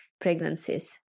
pregnancies